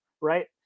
right